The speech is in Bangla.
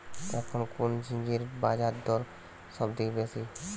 এখন কোন ঝিঙ্গের বাজারদর সবথেকে বেশি?